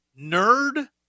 nerd